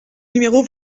numéro